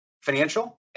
financial